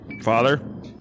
Father